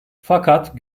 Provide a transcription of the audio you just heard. fakat